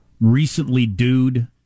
recently-dude